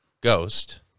Ghost